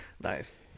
Nice